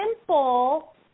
simple